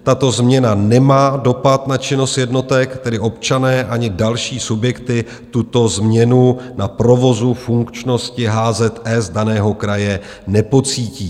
Tato změna nemá dopad na činnost jednotek, tedy občané ani další subjekty tuto změnu na provozu funkčnosti HZS daného kraje nepocítí.